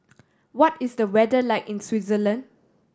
what is the weather like in Switzerland